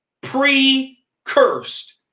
pre-cursed